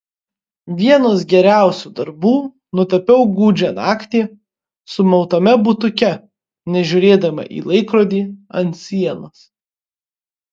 vienus geriausių darbų nutapiau gūdžią naktį sumautame butuke nežiūrėdama į laikrodį ant sienos